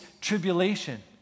tribulation